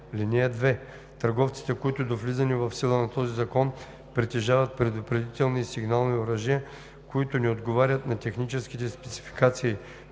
(2) Търговците, които до влизането в сила на този закон притежават предупредителни и сигнални оръжия, които не отговарят на техническите спецификации